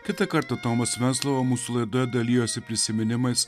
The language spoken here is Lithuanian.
kitą kartą tomas venclova mūsų laidoje dalijosi prisiminimais